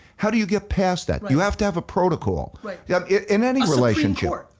how do you get past that? you have to have a protocol yeah in any relationship.